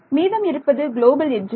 மீதம் இருப்பது குளோபல் எட்ஜுகள்